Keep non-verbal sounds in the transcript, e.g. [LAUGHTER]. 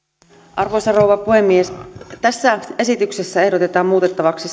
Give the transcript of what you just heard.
arvoisa rouva puhemies tässä esityksessä ehdotetaan muutettavaksi [UNINTELLIGIBLE]